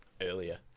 earlier